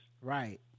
Right